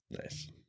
Nice